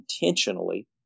intentionally